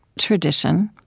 tradition,